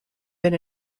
been